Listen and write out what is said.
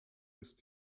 ist